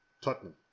Tottenham